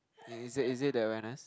is that is that the awareness